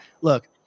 look